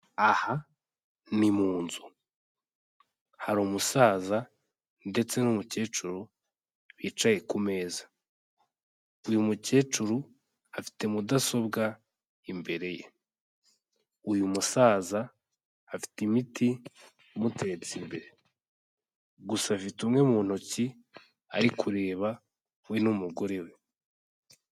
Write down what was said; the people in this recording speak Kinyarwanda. Aha ni mu nzu hari umusaza ndetse n'umukecuru bicaye ku meza. Uyu mukecuru afite mudasobwa imbere ye. Uyu musaza afite imiti imuteretse imbere, gusa afite umwe mu ntoki ari kureba we n'umugore we.